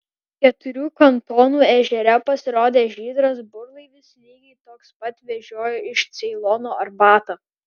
keturių kantonų ežere pasirodė žydras burlaivis lygiai toks pat vežiojo iš ceilono arbatą